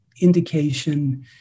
indication